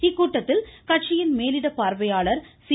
இக்கூட்டத்தில் கட்சியின் மேலிட பார்வையாளர் சி